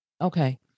Okay